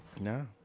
No